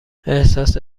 احساس